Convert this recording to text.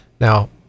Now